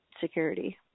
security